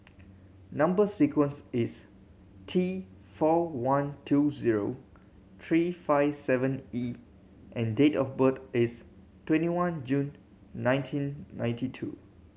number sequence is T four one two zero three five seven E and date of birth is twenty one June nineteen ninety two